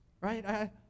Right